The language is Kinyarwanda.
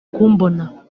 kumbona